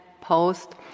post